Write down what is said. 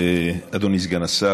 אדוני סגן השר,